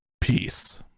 peace